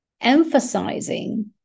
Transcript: emphasizing